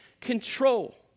control